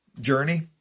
journey